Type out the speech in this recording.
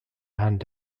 hand